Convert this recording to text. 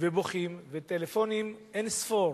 סובלות ובוכות, וטלפונים אין-ספור